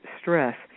stress